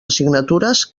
assignatures